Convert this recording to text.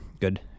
good